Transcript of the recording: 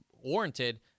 warranted